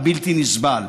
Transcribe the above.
הבלתי-נסבל.